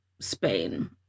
Spain